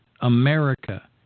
America